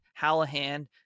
Hallahan